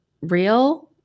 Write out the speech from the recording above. real